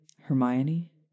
Hermione